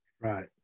Right